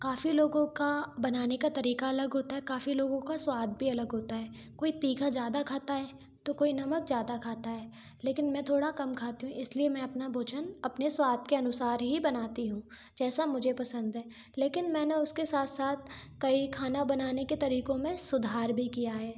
काफ़ी लोगों का बनाने का तरीका अलग होता है काफ़ी लोगों का स्वाद भी अलग होता है कोई तीखा ज़्यादा खाता है तो कोई नमक ज़्यादा खाता है लेकिन मैं थोड़ा कम खाती हूँ इसलिए मैं अपना भोजन अपने स्वाद के अनुसार ही बनाती हूँ जैसा मुझे पसंद है लेकिन मैंने उसके साथ साथ कई खाना बनाने का तरीकों में सुधार किया है